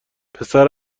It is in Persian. پسر